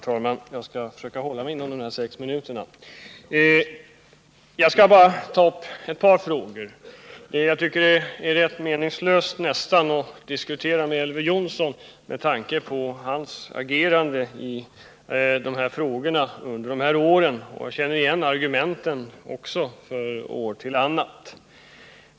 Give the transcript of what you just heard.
Herr talman! Jag skall försöka hålla mig inom de sex minuterna. Det är bara ett par frågor som jag skall ta upp. Jag tycker att det nästan är meningslöst att diskutera med Elver Jonsson med tanke på hans agerande i dessa frågor under de här åren. Argumenten känner jag också igen från tidigare år.